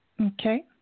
Okay